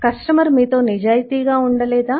customer మీతో నిజాయితీగా ఉండలేదా